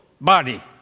body